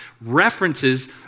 references